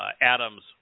Adam's